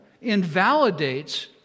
invalidates